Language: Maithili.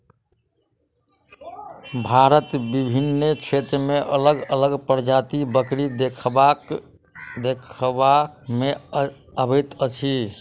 भारतक विभिन्न क्षेत्र मे अलग अलग प्रजातिक बकरी देखबा मे अबैत अछि